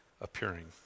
appearing